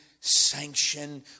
sanction